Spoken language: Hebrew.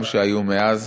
גם אלה שהיו מאז,